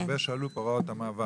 הרבה שאלו פה על הוראות המעבר.